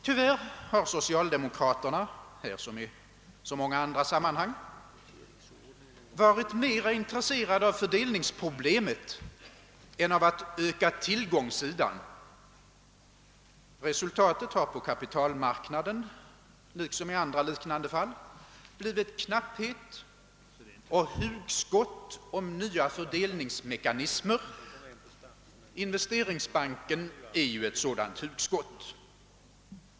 Tyvärr har socialdemokraterna, här som i så många andra sammanhang, varit mera intresserade av fördelningsproblemet än av att öka tillgångssidan. Resultatet har på kapitalmarknaden liksom i andra liknande fall blivit knapphet och hugskott om nya fördelningsmekanismer. <:Investeringsbanken är ju ett sådant hugskott.